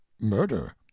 murder